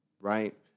right